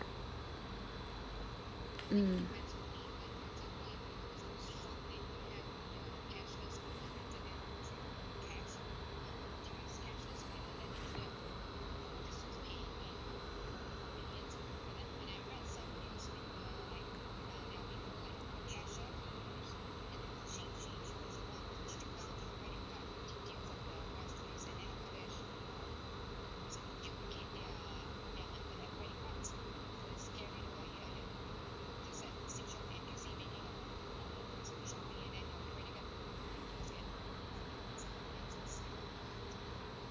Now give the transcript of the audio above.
um